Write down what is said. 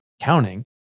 counting